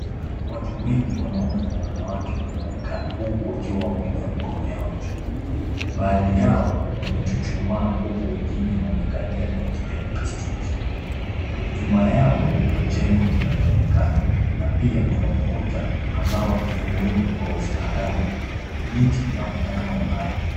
Watu wengi wanaume kwa wanawake wanaonekana huku wakiwa wameinua mikono yao juu. Baadhi yao wamechuchumaa huku wengine wamekalia viti vya plastiki. Nyuma yao kuna jengo linaloonekana na pia kuna ukuta ambao umeundwa kwa ustaarabu. Miti inaonekana kwa mbali.